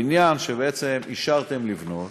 הבניין שאישרתם לבנות